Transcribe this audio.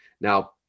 now